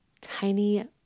tiny